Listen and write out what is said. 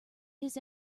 his